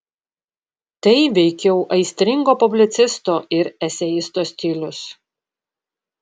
tai veikiau aistringo publicisto ir eseisto stilius